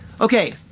Okay